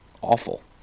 awful